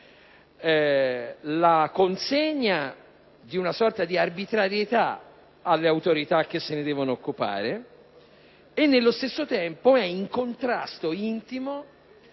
la consegna di una sorta di arbitrarietà alle autorità che se ne devono occupare e, nello stesso tempo, è in contrasto intimo